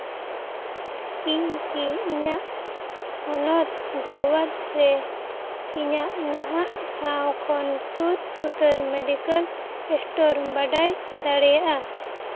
ᱤᱧ ᱠᱤ ᱤᱧᱟᱹᱜ ᱦᱚᱱᱚᱛ ᱵᱷᱚᱨᱣᱟᱨᱰ ᱨᱮ ᱤᱧᱟᱹᱜ ᱱᱟᱦᱟᱜ ᱴᱷᱟᱶ ᱠᱷᱚᱱ ᱥᱩᱨ ᱩᱛᱟᱹᱨ ᱢᱮᱰᱤᱠᱮᱞ ᱥᱴᱳᱨ ᱵᱟᱰᱟᱭ ᱫᱟᱲᱮᱭᱟᱜᱼᱟ